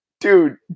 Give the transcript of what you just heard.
dude